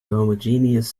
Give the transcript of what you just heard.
homogeneous